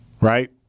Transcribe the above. Right